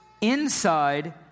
inside